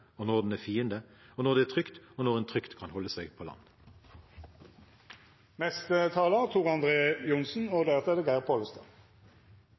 og når den er fiende – når det er trygt, og når en trygt kan holde seg på